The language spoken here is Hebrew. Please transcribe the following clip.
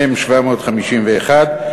מ/751,